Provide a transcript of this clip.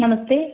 नमस्ते